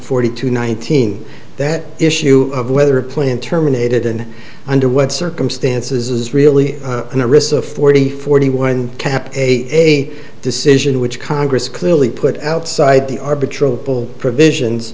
forty two nineteen that issue of whether a plan terminated and under what circumstances really the risk of forty forty one kept a decision which congress clearly put outside the arbitron full provisions